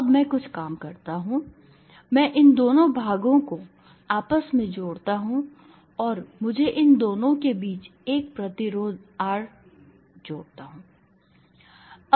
अब मैं कुछ काम करता हूँ मैं इन दोनों भागों को आपस में जोड़ता हूँ और मुझे इन दोनों के बीच एक प्रतिरोध R जोड़ता हूँ